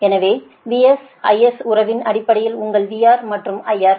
எனவேVS IS உறவின் அடிப்படையில் உங்களுக்கு VR மற்றும் IR